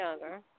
younger